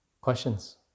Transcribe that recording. Questions